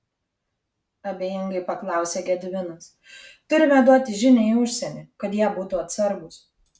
abejingai paklausė gediminas turime duoti žinią į užsienį kad jie būtų atsargūs